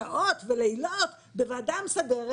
שעות ולילות בוועדה המסדרת.